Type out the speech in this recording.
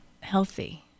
healthy